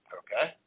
okay